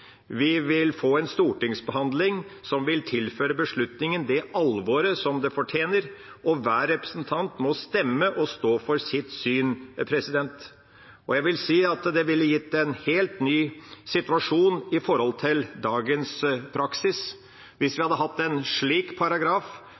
Vi vil få en stortingsbehandling som vil tilføre beslutningen det alvoret som det fortjener, og hver representant må stemme og stå for sitt syn. Jeg vil si at det ville gitt en helt ny situasjon i forhold til dagens praksis. Hvis vi